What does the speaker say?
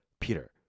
Peter